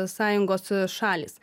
sąjungos šalys